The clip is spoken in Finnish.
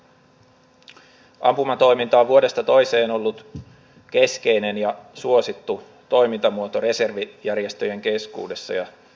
meidän tulee antaa tämä instituutio yhtä hienona ja yhtä arvokkaana eteenpäin kuin se on meille annettu